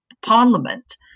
Parliament